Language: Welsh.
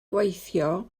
gweithio